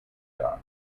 god